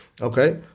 Okay